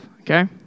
okay